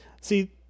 See